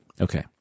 Okay